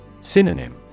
Synonym